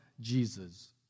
Jesus